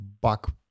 bug